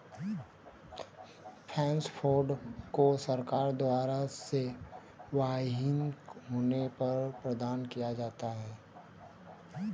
pension fund को सरकार द्वारा सेवाविहीन होने पर प्रदान किया जाता है